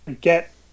get